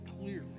clearly